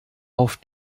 auf